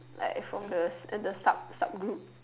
like from the at the sub sub group